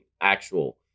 Actual